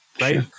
right